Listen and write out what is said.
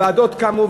ועדות קמו,